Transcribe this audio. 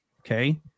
okay